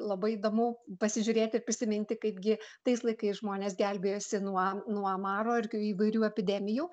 labai įdomu pasižiūrėti ir prisiminti kaipgi tais laikais žmonės gelbėjosi nuo nuo maro ir įvairių epidemijų